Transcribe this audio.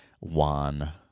Juan